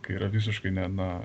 kai yra visiškai ne na